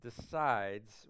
decides